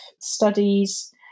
studies